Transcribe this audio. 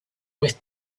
with